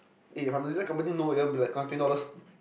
eh the company know they will be like come twenty dollars